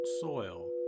soil